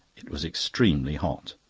it was extremely hot.